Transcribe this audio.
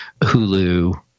Hulu